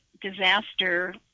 disaster